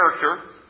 character